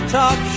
talk